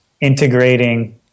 integrating